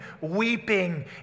weeping